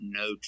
no